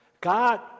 God